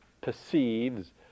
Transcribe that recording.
perceives